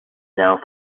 now